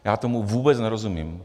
Já tomu vůbec nerozumím.